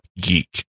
geek